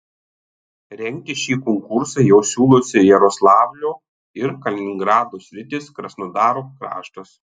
rengti šį konkursą jau siūlosi jaroslavlio ir kaliningrado sritys krasnodaro kraštas